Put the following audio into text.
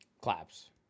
Claps